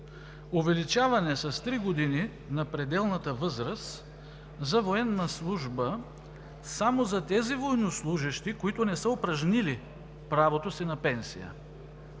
увеличаване с три години на пределната възраст за военна служба само за тези военнослужещи, които не са упражнили правото си на пенсия.